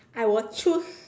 I will choose